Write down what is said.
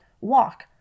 walk